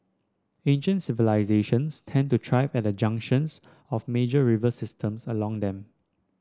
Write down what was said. ancient civilisations tended to thrive at the junctions of major river systems along them